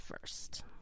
first